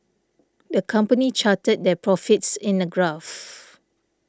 the company charted their profits in a graph